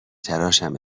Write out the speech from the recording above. تراشم